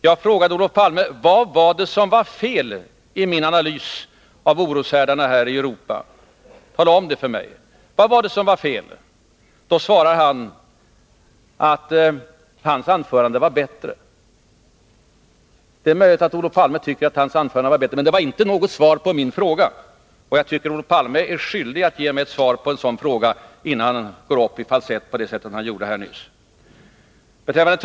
Jag frågade Olof Palme: Vad var det som var fel i min analys av oroshärdarna här i Europa? Tala om det för mig, uppmanade jag honom. Han svarade att hans anförande var bättre. Det är möjligt att Olof Palme tycker att hans anförande var bättre, men det var inte något svar på min fråga. Jag menar att Olof Palme är skyldig att ge mig svar på en sådan fråga, innan han går upp i falsett på det sätt som han nyss gjorde.